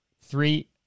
Three